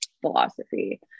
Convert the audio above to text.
philosophy